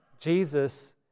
Jesus